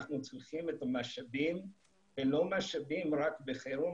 אנחנו צריכים את המשאבים ולא משאבים רק בחירום,